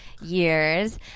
years